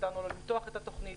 נתנו לו למתוח את התוכנית,